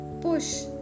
push